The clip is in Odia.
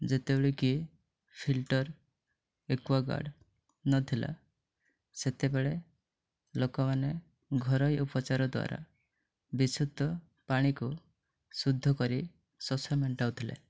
ଯେତେବେଳେ କି ଫିଲ୍ଟର୍ ଏକ୍ୱାଗାର୍ଡ଼୍ ନଥିଲା ସେତେବେଳେ ଲୋକମାନେ ଘରୋଇ ଉପଚାର ଦ୍ୱାରା ବିଶୁଦ୍ଧ ପାଣିକୁ ଶୁଦ୍ଧକରି ଶୋଷ ମେଣ୍ଟାଉଥିଲେ